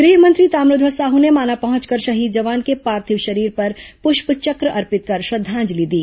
गृह मंत्री ताम्रध्वज साहू ने माना पहुंचकर शहीद जवान के पार्थिव शरीर पर पुष्पचक्र अर्पित कर श्रद्दांजलि दी